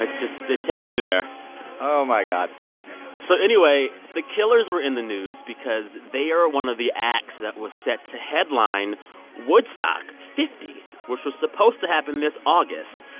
ah just it takes you there oh, my god so anyway, the killers were in the news because they are one of the acts that was set to headline woodstock fifty, which was supposed to happen this august.